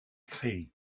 créé